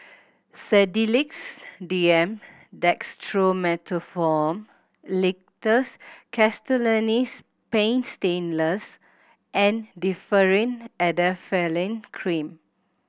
Sedilix D M Dextromethorphan Linctus Castellani's Paint Stainless and Differin Adapalene Cream